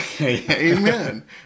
Amen